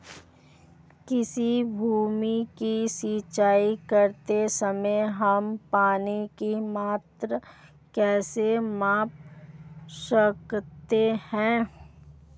किसी भूमि की सिंचाई करते समय हम पानी की मात्रा कैसे माप सकते हैं?